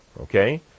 Okay